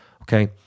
okay